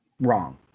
wrong